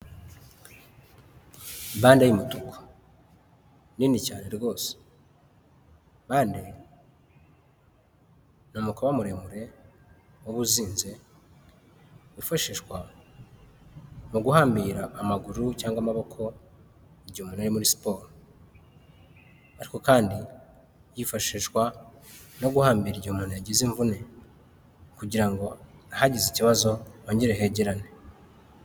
Bande y'umutuku nini cyane rwose, bande ni umukoba muremure uba uzinze wifashishwa mu guhambira amaguru cyangwa amaboko igihe umuntu ari muri siporo, ariko kandi yifashishwa no guhambira igihe umuntu yagize imvune kugira ngo ahagize ikibazo hongere hegerane.